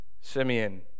Simeon